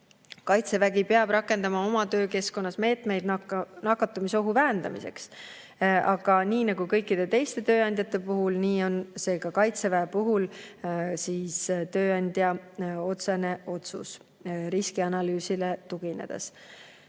kaitsevägi rakendama oma töökeskkonnas meetmeid nakatumisohu vähendamiseks. Aga nagu kõikide teiste tööandjate puhul, on see ka kaitseväe puhul tööandja otsene otsus riskianalüüsile